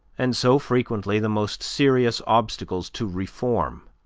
and so frequently the most serious obstacles to reform.